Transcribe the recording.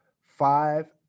five